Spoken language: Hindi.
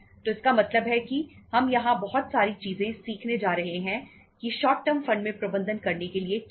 तो इसका मतलब है कि हम यहां बहुत सारी चीजें सीखने जा रहे हैं कि शॉर्ट टर्म फंड में प्रबंधन करने के लिए क्या है